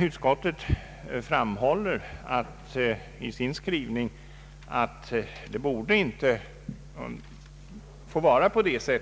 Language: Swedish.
Utskottet framhåller i sin skrivning att det inte borde få vara så